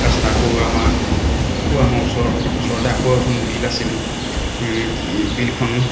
তাৰপাছত আকৌ আমাৰ আকৌ আমাৰ ওচৰ ওচৰতে আকৌ এখন বিল আছিল বিলখন